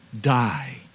die